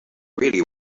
really